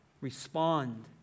respond